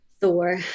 Thor